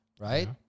right